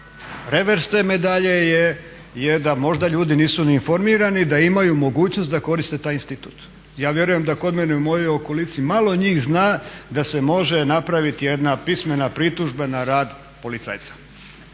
revers te medalje je da možda ljudi nisu ni informirani, da imaju mogućnost da koriste taj institut. Ja vjerujem da kod mene, u mojoj okolici malo njih zna da se može napraviti jedna pismena pritužba na rad policajca.